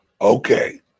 Okay